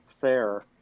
fair